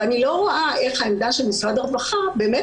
אני לא רואה איך העמדה של משרד הרווחה באמת